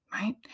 right